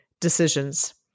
decisions